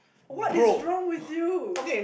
what is wrong with you